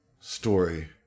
story